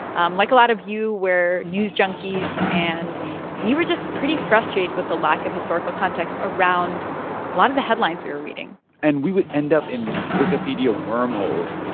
um like a lot of you, we're news junkies. and we were just pretty frustrated with the lack of historical context around a lot of the headlines we were reading and we would end up in these wikipedia wormholes,